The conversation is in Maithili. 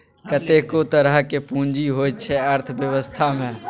कतेको तरहक पुंजी होइ छै अर्थबेबस्था मे